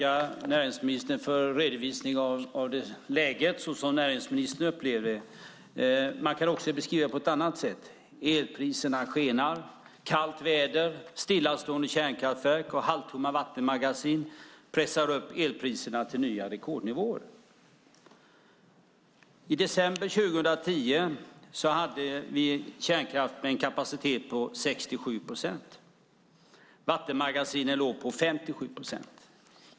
Herr talman! Jag tackar näringsministern för en redovisning av läget såsom näringsministern upplever det. Man kan också beskriva det på ett annat sätt. Elpriserna skenar. Kallt väder, stillastående kärnkraftverk och halvtomma vattenmagasin pressar upp elpriserna till nya rekordnivåer. I december 2010 hade vi kärnkraft med en kapacitet på 67 procent. Vattenmagasinen låg på 57 procent.